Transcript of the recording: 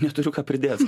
neturiu ką pridėt